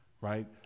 right